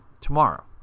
tomorrow